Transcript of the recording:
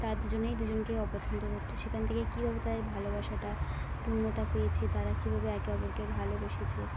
তারা দুজনেই দুজনকে অপছন্দ করতো সেখান থেকে কীভাবে তাদের ভালোবাসাটা পূর্ণতা পেয়েছে তারা কীভাবে একে অপরকে ভালোবেসেছে